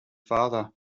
father